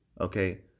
okay